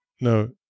no